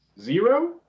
Zero